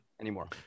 anymore